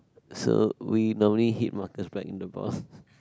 so we normally hit Marcus back in the balls